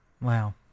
Wow